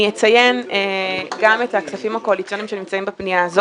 אני אציין גם את הכספים הקואליציוניים שנמצאים בפנייה הזאת.